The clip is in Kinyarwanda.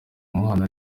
umwana